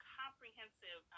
comprehensive